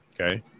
Okay